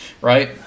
right